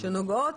שנוגעות